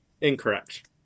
Incorrect